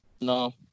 No